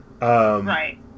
Right